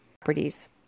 properties